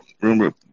remember